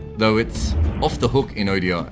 though it's off the hook in odis.